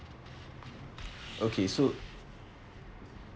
okay so